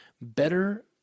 Better